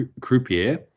Croupier